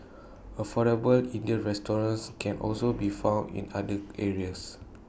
affordable Indian restaurants can also be found in other areas